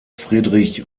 friedrich